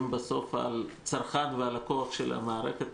הם בסוף הצרכן והלקוח של המערכת.